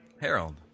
Harold